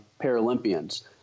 Paralympians